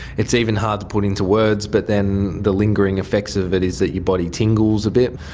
it's even hard to put into words, but then the lingering effects of it is that your body tingles a bit.